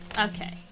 Okay